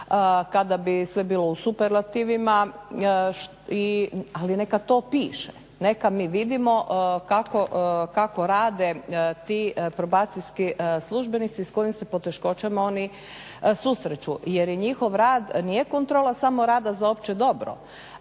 kada bi sve bilo u superlativima. Ali neka to piše, neka mi vidimo kako rade ti probacijski službenici, s kojim se poteškoćama oni susreću. Jer je njihov rad nije kontrola samo rada za opće dobro.